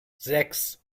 sechs